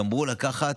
גמרו לקחת,